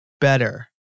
better